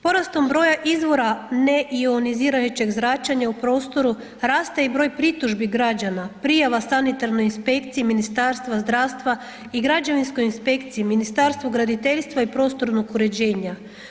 Porastom broja izvora neionizirajućeg zračenja u prostoru, raste i broj pritužbi građana, prijava sanitarnoj inspekciji Ministarstva zdravstva i građevinskoj inspekciji Ministarstvu graditeljstva i prostornog uređenja.